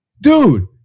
Dude